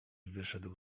wyszedł